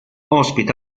ospita